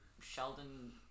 Sheldon